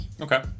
Okay